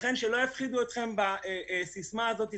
לכן לא יפחידו אתכם בסיסמה הזאת.